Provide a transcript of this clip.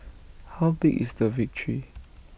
how big is the victory